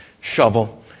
shovel